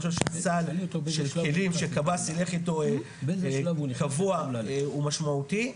אני חושב שסל של כלים שקב"ס ילך איתו קבוע הוא משמעותי.